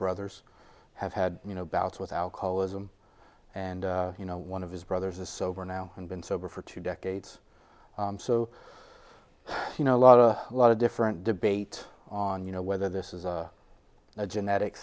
brothers have had you know bouts with alcoholism and you know one of his brothers is sober now and been sober for two decades so you know a lot a lot of different debate on you know whether this is a genetic